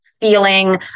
feeling